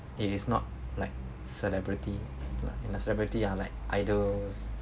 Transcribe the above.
it is not like celebrity lah celebrity are like idols